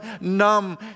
numb